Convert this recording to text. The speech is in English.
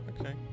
Okay